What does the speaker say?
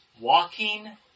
walking